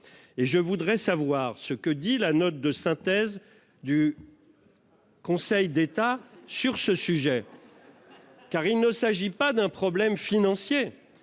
je voudrais savoir ce que dit la note de synthèse du Conseil d'État sur ce sujet, car il ne s'agit pas d'un problème financier.